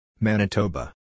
Manitoba